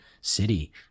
city